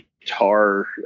guitar